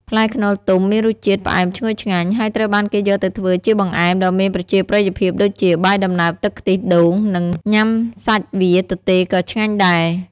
ផ្លែខ្នុរទុំមានរសជាតិផ្អែមឈ្ងុយឆ្ងាញ់ ហើយត្រូវបានគេយកទៅធ្វើជាបង្អែមដ៏មានប្រជាប្រិយភាពដូចជា បាយដំណើបទឹកខ្ទិះដូងនិង ញុំាសាច់វាទទេក៏ឆ្ងាញ់ដែរ។